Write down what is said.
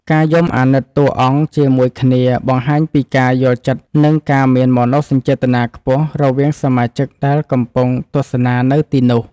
ការយំអាណិតតួអង្គជាមួយគ្នាបង្ហាញពីការយល់ចិត្តនិងការមានមនោសញ្ចេតនាខ្ពស់រវាងសមាជិកដែលកំពុងទស្សនានៅទីនោះ។